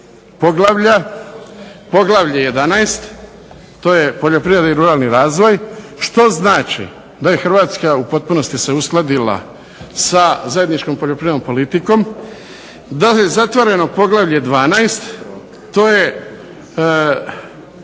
poglavlje 11.-Poljoprivreda i ruralni razvoj što znači da je Hrvatska u potpunosti se uskladila sa zajedničkom poljoprivrednom politikom, da je zatvoreno poglavlje 12.-Sigurnost